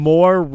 More